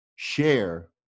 share